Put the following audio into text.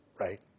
Right